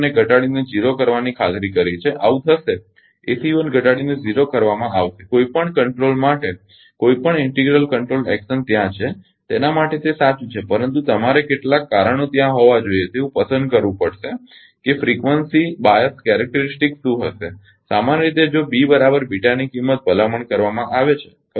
ને ઘટાડીને 0 કરવાની ખાતરી કરે છે આવું થશે ACE ઘટાડીને 0 કરવામાં આવશે કોઈપણ નિયંત્રણ માટે કોઈપણ ઇન્ટિગ્રલ કંટ્રોલ એકશન ત્યાં છે તેના માટે તે સાચું છે પરંતુ તમારે કેટલાક કારણો ત્યાં હોવા જોઈએ તેવું પસંદ કરવું પડશે કે ફ્રીકવંસી બાઅસ લાક્ષણિકતાઓ શું હશે સામાન્ય રીતે જો ની કિંમત ભલામણ કરવામાં આવે છે ખરુ ને